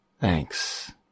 Thanks